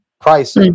price